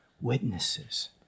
Witnesses